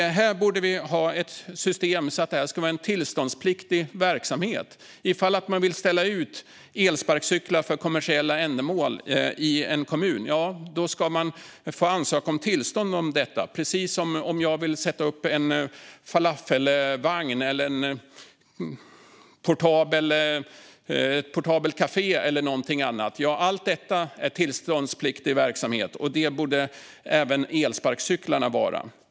Här borde vi ha ett system att de ska vara en tillståndspliktig verksamhet. Om man vill ställa ut elsparkcyklar för kommersiella ändamål i en kommun ska man ansöka om tillstånd för detta, precis som om man vill sätta upp en falafelvagn eller ett portabelt kafé. Allt detta är tillståndspliktig verksamhet, och det borde även elsparkcyklarna vara.